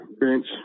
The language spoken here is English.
Bench